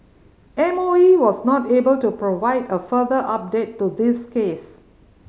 M O E was not able to provide a further update to this case